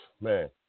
man